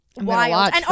wild